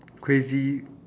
crazy